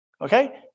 okay